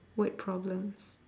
word problems